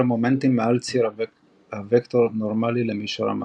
מומנטים מעל ציר הוקטור נורמלי למישור המגע.